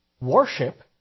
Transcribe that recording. Worship